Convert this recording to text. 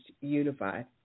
unified